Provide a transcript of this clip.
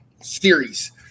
series